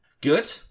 Good